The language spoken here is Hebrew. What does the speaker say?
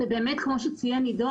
באמת כמו שציין עידו,